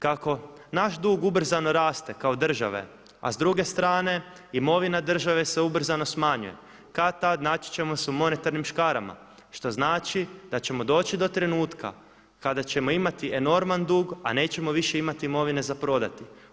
Kako naš dug ubrzano raste kao države, a s druge strane imovina države se ubrzano smanjuje, kad-tad naći ćemo se u monetarnim škarama, što znači da ćemo doći do trenutka kada ćemo imati enorman dug, a nećemo više imati imovine za prodati.